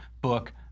book